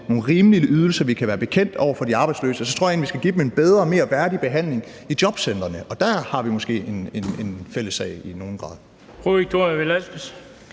nogle rimelige ydelser, vi kan bekendt over for de arbejdsløse, og så tror jeg egentlig, at vi skal give dem en bedre og mere værdig behandling i jobcentrene, og der har vi måske en fælles sag i nogen grad.